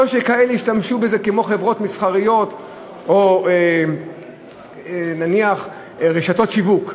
שלא שישתמשו בזה למשל חברות מסחריות או נניח רשתות שיווק.